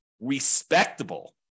respectable